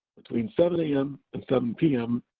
between seven am and seven pm,